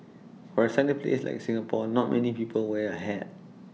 for A sunny place like Singapore not many people wear A hat